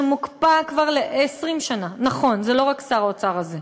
שמוקפא כבר 20 שנה, נכון, זה לא רק שר האוצר הזה,